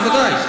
בוודאי,